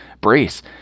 brace